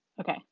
Okay